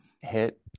hit